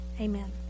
Amen